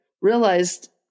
realized